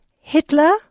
Hitler